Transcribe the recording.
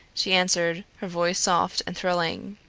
she answered, her voice soft and thrilling.